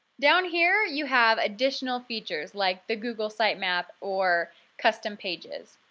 down here you have additional features like the google sitemap or custom pages.